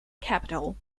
capitol